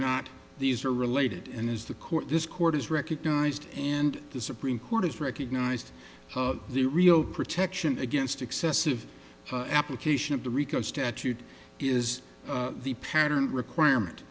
not these are related and as the court this court has recognized and the supreme court has recognized the real protection against excessive application of the rico statute is the pattern requirement